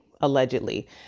allegedly